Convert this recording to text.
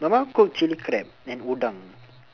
my mum cook chili crab and udang